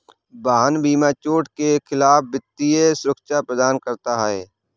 वाहन बीमा चोट के खिलाफ वित्तीय सुरक्षा प्रदान करना है